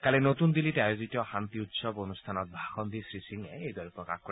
কালি নতুন দিল্লীত আয়োজিত শান্তি উৎসৱ অনুষ্ঠানত ভাষণ দি শ্ৰীসিঙে এইদৰে প্ৰকাশ কৰে